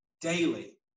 daily